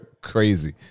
Crazy